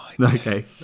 Okay